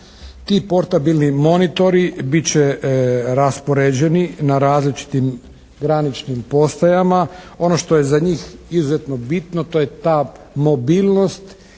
Ti portabilni monitori bit će raspoređeni na različitim graničnim postajama. Ono što je za njih izuzetno bitno to je ta mobilnost